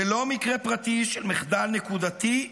זה לא מקרה פרטי של מחדל נקודתי,